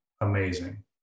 amazing